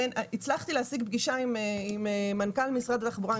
אין --- הצלחתי להשיג פגישה עם מנכ"ל משרד התחבורה,